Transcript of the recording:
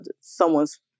someone's